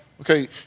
Okay